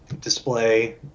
Display